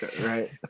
right